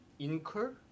Incur